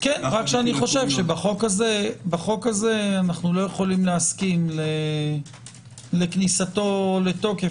אני חושב שבחוק הזה איננו יכולים להסכים לכניסתו לתוקף